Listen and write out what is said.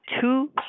two